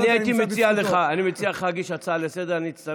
אני הייתי מציע לך להגיש הצעה לסדר-היום,